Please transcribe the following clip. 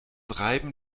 reiben